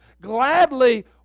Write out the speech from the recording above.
gladly